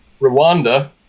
Rwanda